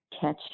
catch